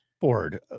board